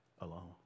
alone